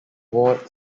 ward